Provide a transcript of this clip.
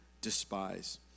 despise